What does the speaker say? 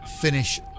finish